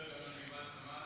אתה מדבר על גבעת-עמל?